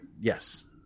Yes